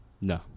No